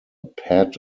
pat